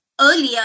earlier